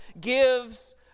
gives